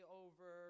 over